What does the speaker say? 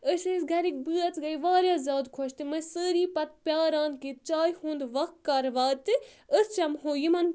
أسۍ ٲسۍ گَرِکۍ بٲژ گٔے واریاہ زیادٕ خۄش تِم ٲسۍ سٲری پَتہٕ پیاران کہِ چاے ہُنٛد وق کَر واتہِ أسۍ چَمہو یِمَن